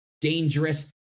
dangerous